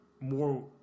more